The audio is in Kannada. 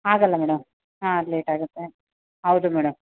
ಆಗೋಲ್ಲ ಮೇಡಮ್ ಹಾಂ ಲೇಟಾಗುತ್ತೆ ಹೌದು ಮೇಡಮ್